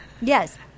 Yes